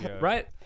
right